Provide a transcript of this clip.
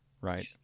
right